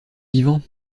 vivant